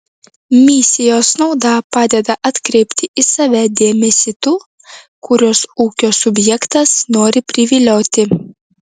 misijos nauda padeda atkreipti į save dėmesį tų kuriuos ūkio subjektas nori privilioti